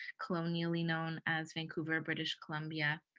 colonially known as, vancouver, british columbia.